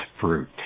fruit